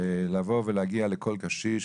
לבוא ולהגיע לכל קשיש,